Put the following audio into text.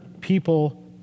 people